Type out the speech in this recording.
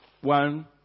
One